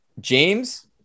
James